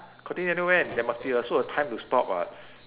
continue until when there must be a also a time to stop what